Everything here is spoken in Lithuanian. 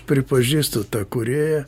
pripažįstu tą kūrėją